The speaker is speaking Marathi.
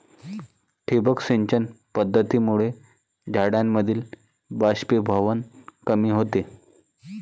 ठिबक सिंचन पद्धतीमुळे झाडांमधील बाष्पीभवन कमी होते